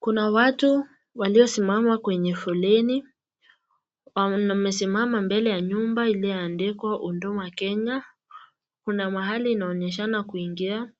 Kuna watu waliosimama kwenye foleni, wamesimama mbele ya nyumba iliyoandikwa huduma kenya, kuna mahali inaonyeshana kuingia,